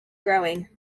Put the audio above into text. growing